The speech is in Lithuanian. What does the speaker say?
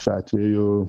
šiuo atveju